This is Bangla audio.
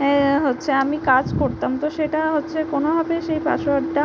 এ হচ্ছে আমি কাজ করতাম তো সেটা হচ্ছে কোনোভাবে সেই পাসওয়ার্ডটা